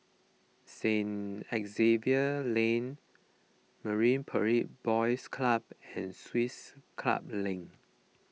Saint Xavier's Lane Marine Parade Boys Club and Swiss Club Link